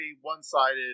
one-sided